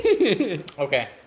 Okay